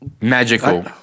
Magical